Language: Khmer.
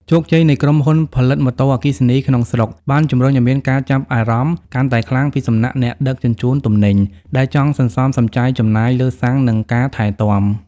ជោគជ័យនៃក្រុមហ៊ុនផលិតម៉ូតូអគ្គិសនីក្នុងស្រុក បានជម្រុញឱ្យមានការចាប់អារម្មណ៍កាន់តែខ្លាំងពីសំណាក់អ្នកដឹកជញ្ជូនទំនិញ ដែលចង់សន្សំសំចៃចំណាយលើសាំង និងការថែទាំ។